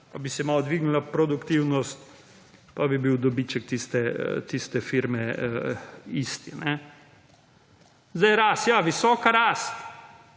pa bi se malo dvignila produktivnost, pa bi bil dobiček tiste firme isti. Zdaj rast, ja, visoka rast.